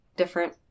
Different